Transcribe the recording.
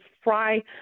fry